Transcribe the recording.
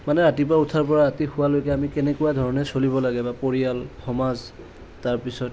মানে ৰাতিপুৱা উঠাৰ পৰা ৰাতি শোৱালৈকে আমি কেনেকুৱা ধৰণে চলিব লাগে বা পৰিয়াল সমাজ তাৰপিছত